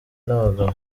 n’abagabo